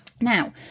Now